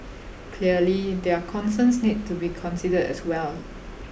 clearly their concerns need to be considered as well